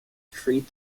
treat